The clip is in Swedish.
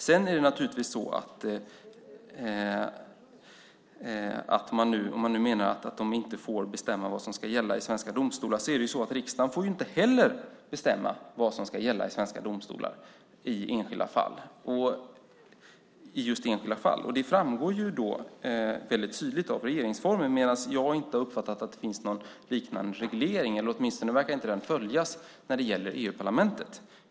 Om man nu menar att EU-parlamentet inte får bestämma vad som ska gälla i svenska domstolar, är det så att inte heller riksdagen får bestämma vad som ska gälla i svenska domstolar i just enskilda fall. Det framgår väldigt tydligt av regeringsformen, medan jag inte har uppfattat att det finns någon liknande reglering eller att den åtminstone inte verkar följas av EU-parlamentet.